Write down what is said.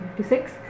1956